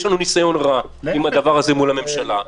יש לנו ניסיון רע עם הדבר הזה מול הממשלה.